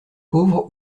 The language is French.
pauvre